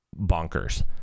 bonkers